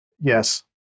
Yes